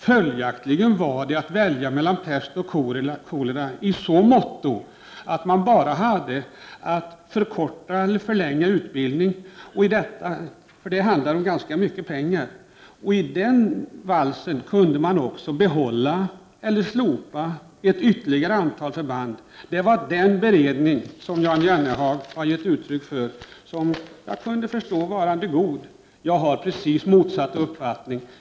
Följaktligen hade man att välja mellan pest och kolera i så måtto att man bara hade att förkorta eller för länga utbildning — för det handlar om ganska mycket pengar. I den valsen kunde man också behålla eller slopa ytterligare ett antal förband. Det var den beredning som Jan Jennehag, såvitt jag kunde förstå, ansåg vara god. Jag har precis motsatt uppfattning.